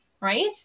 right